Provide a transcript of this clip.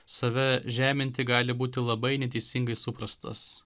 save žeminti gali būti labai neteisingai suprastas